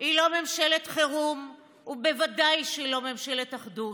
היא לא ממשלת חירום וודאי שהיא לא ממשלת אחדות.